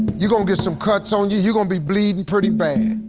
you gonna get some cuts on you, you gonna be bleeding pretty bad.